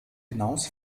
hinaus